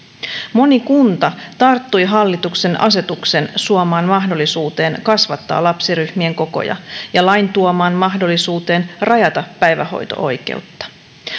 moni kunta tarttui hallituksen asetuksen suomaan mahdollisuuteen kasvattaa lapsiryhmien kokoja ja lain tuomaan mahdollisuuteen rajata päivähoito oikeutta